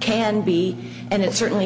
can be and it certainly